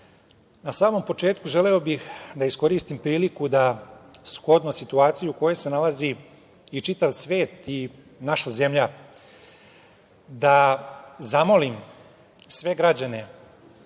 na samom početku, želeo bih da iskoristim priliku da, shodno situaciji u kojoj se nalazi i čitav svet i naša zemlja, da zamolim sve građane